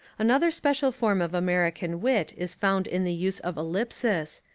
another special form of american wit is found in the use of ellipsis,